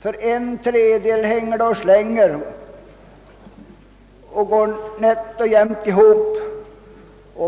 För en tredjedel hänger det och slänger — verksamheten går nätt och jämnt ihop.